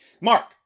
Mark